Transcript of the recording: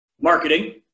marketing